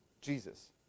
Jesus